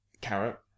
carrot